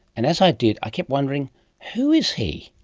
and, as i did, i kept wandering who is he?